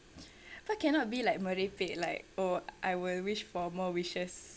why cannot be like merepek like oh I will wish for more wishes